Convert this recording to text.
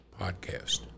Podcast